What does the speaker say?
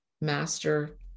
master